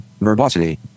Verbosity